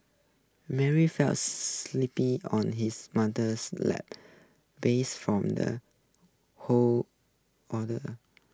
Mary fell sleeping on his mother's lap base from the whole ordeal